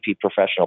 professional